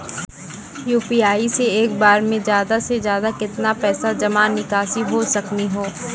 UPI से एक बार मे ज्यादा से ज्यादा केतना पैसा जमा निकासी हो सकनी हो?